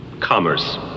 Commerce